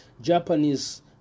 japanese